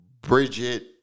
Bridget